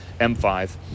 M5